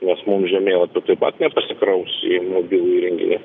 nes mum žemėlapiai taip pat nepasikraus į mobilų įrenginį